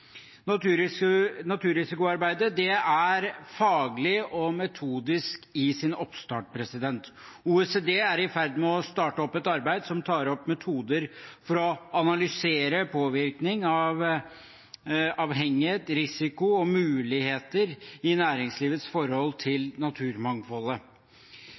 er faglig og metodisk i sin oppstart. OECD er i ferd med å starte opp et arbeid som tar opp metoder for å analysere påvirkning av avhengighet, risiko og muligheter i næringslivets forhold